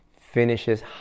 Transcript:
finishes